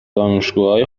دانشجوهای